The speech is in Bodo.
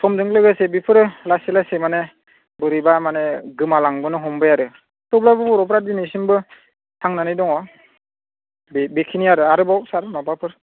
समजों लोगोसे बेफोरो लासै लासै माने बोरैबा माने गोमा लांबोनो हमबाय आरो थेवब्लाबो बर'फ्रा दिनैसिमबो थांनानै दङ बे बेखिनि आरो आरोबाव सार माबाफोर